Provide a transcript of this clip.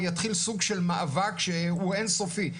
ויתחיל סוג של מאבק שהוא אין סופי,